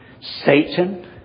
Satan